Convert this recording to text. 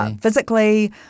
physically